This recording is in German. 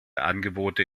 angebote